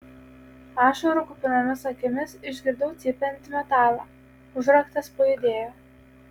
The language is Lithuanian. ašarų kupinomis akimis išgirdau cypiantį metalą užraktas pajudėjo